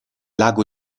lago